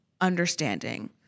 understanding